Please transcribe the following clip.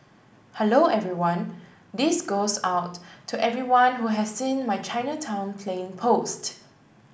hello everyone this goes out to everyone who has seen my Chinatown plane post